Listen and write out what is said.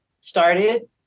started